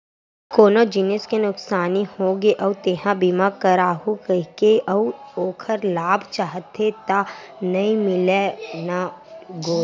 कोनो जिनिस के नुकसानी होगे अउ तेंहा बीमा करवाहूँ कहिबे अउ ओखर लाभ चाहबे त नइ मिलय न गोये